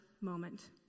moment